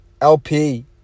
LP